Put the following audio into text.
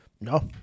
No